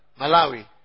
Malawi